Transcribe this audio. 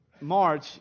March